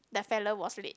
that fella was late